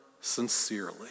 sincerely